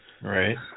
right